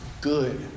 good